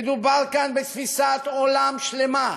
מדובר כאן בתפיסת עולם שלמה,